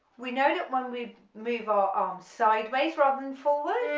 we know that when we move our arms sideways rather than forward